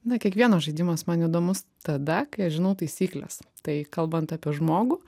na kiekvienas žaidimas man įdomus tada kai aš žinau taisykles tai kalbant apie žmogų